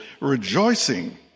rejoicing